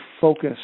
focus